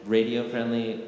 radio-friendly